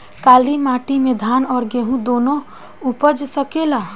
काली माटी मे धान और गेंहू दुनो उपज सकेला?